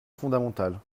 fondamentale